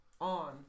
on